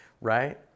right